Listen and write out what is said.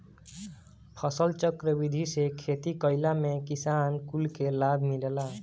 फसलचक्र विधि से खेती कईला में किसान कुल के लाभ मिलेला